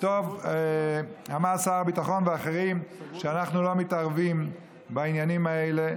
וטוב אמרו שר הביטחון ואחרים שאנחנו לא מתערבים בעניינים האלה,